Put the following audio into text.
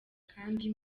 kandi